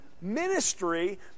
ministry